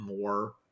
more